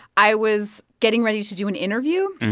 i was getting ready to do an interview.